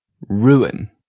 ruin